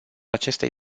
acestei